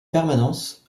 permanence